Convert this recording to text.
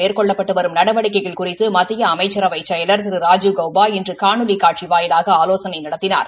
மேற்கொள்ளப்பட்டு வரும் நடவடிக்கைகள் குறித்து மத்திய அமைச்சரவை செயலா திரு ராஜீவ் கௌபா இன்று காணொலி காட்சி வாயிலாக ஆலோசனை நடத்தினார்